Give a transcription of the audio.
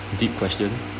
deep question